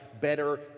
better